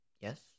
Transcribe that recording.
yes